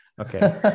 Okay